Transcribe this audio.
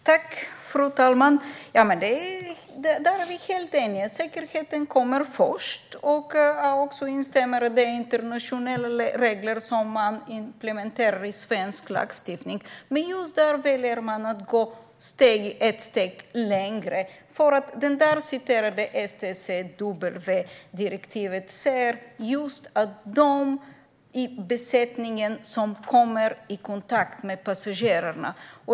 Fru talman! Statsrådet och jag är helt eniga om att säkerheten ska komma först. Jag instämmer också i att det är internationella regler som man implementerar i svensk lagstiftning. Men just här väljer man att gå ett steg längre. I STCW-konventionen, som statsrådet hänvisar till, talas om dem i besättningen som kommer i kontakt med passagerarna.